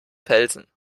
felsen